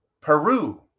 Peru